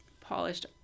polished